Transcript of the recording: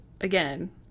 again